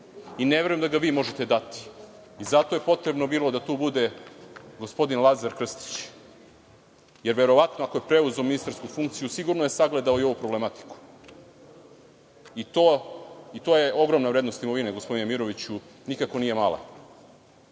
i ne verujem da ga vi možete dati. Zato je potrebno bilo da tu bude gospodin Lazar Krstić, jer je verovatno, ako je preuzeo ministarsku funkciju, sagledao i ovu problematiku. To je ogromna vrednost imovine, gospodine Miroviću, nikako nije mala. Kada